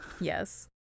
Yes